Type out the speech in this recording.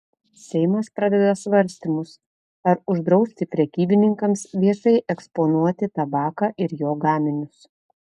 seimas pradeda svarstymus ar uždrausti prekybininkams viešai eksponuoti tabaką ir jo gaminius